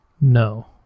No